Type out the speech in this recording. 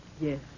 Yes